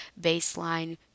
baseline